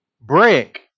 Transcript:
brick